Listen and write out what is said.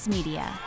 Media